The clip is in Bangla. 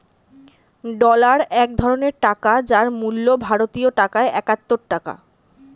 ডলার এক ধরনের টাকা যার মূল্য ভারতীয় টাকায় একাত্তর টাকা